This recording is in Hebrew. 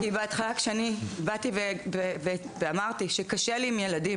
כי בהתחלה כשאני באתי ואמרתי שקשה לי עם ילדים